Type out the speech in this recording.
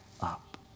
up